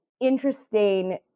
interesting